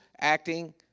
acting